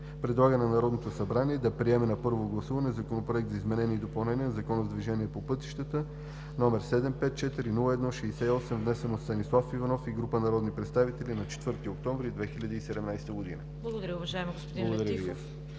предлага на Народното събрание да приеме на първо гласуване Законопроект за изменение и допълнение на Закона за движение по пътищата, № 754-01-68, внесен от Станислав Иванов и група народни представители на 4 октомври 2017 г.“ Благодаря Ви.